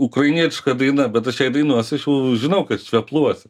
ukrainietiška daina bet aš jei dainuosiu jau žinau kad švepluosiu